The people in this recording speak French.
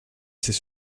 ces